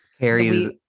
Carrie's